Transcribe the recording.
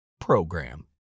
program